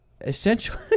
essentially